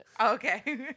Okay